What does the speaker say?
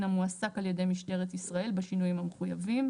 המועסק על ידי משטרת ישראל בשינויים המחוייבים".